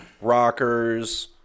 Rockers